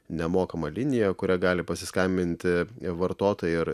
nemokamą linija kuria gali pasiskambinti vartotojai ir